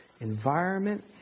environment